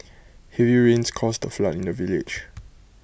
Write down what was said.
heavy rains caused A flood in the village